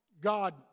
God